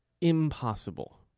impossible